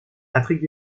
afrique